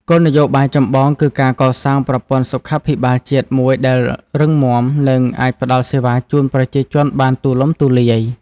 គោលនយោបាយចម្បងគឺការកសាងប្រព័ន្ធសុខាភិបាលជាតិមួយដែលរឹងមាំ និងអាចផ្ដល់សេវាជូនប្រជាជនបានទូលំទូលាយ។